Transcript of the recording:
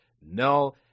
No